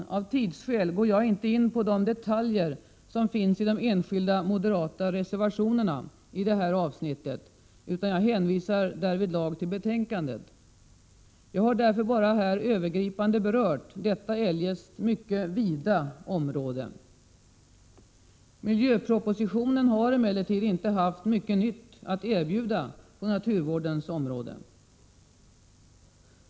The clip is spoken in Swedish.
Av tidsskäl går jag inte in på detaljerna i de enskilda moderata reservationerna i detta avsnitt, utan jag hänvisar därvidlag till betänkandet. Jag har därför bara övergripande berört detta eljest mycket vida område. Miljöpropositionen har emellertid inte haft mycket nytt att erbjuda på naturvårdens område.